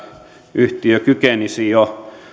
yhtiö kykenisi jo